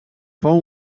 fou